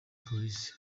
polisi